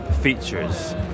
features